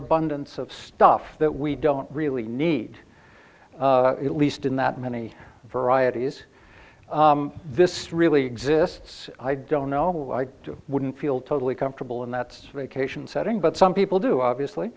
overabundance of stuff that we don't really need at least in that many varieties this really exists i don't know i wouldn't feel totally comfortable and that's vacation setting but some people do obviously